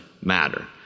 matter